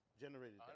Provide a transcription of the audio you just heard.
generated